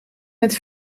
met